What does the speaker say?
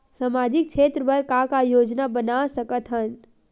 सामाजिक क्षेत्र बर का का योजना बना सकत हन?